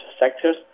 sectors